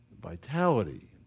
Vitality